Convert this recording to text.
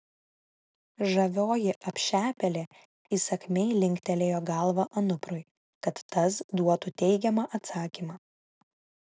žavioji apšepėlė įsakmiai linktelėjo galva anuprui kad tas duotų teigiamą atsakymą